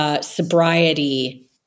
sobriety